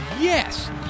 yes